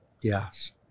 yes